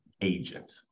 agent